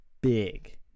big